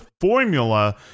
formula